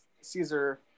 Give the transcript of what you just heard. Caesar